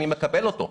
אני מקבל אותו.